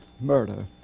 murder